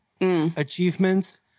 achievements